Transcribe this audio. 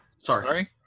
Sorry